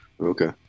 okay